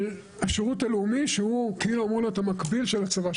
אבל השירות הלאומי שהוא כאילו אמור להיות המקביל של הצבא,